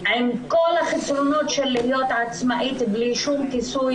עם כל החסרונות של להיות עצמאית בלי שום כיסוי